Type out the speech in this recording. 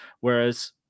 Whereas